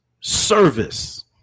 service